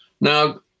Now